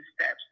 steps